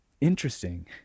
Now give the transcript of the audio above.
interesting